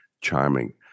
charming